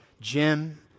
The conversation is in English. Jim